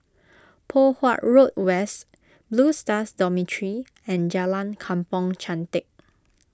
Poh Huat Road West Blue Stars Dormitory and Jalan Kampong Chantek